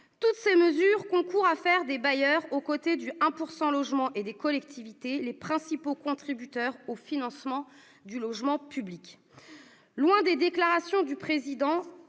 Toutes ces mesures concourent à faire des bailleurs, du 1 % logement et des collectivités les principaux contributeurs au financement du logement public. Contrairement